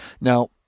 Now